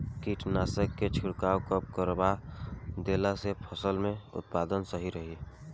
कीटनाशक के छिड़काव कब करवा देला से फसल के उत्पादन सही रही?